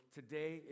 today